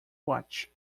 watch